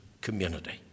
community